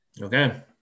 okay